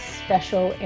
special